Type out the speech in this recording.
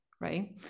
right